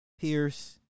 Pierce